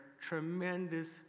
tremendous